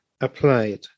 applied